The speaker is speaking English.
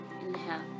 Inhale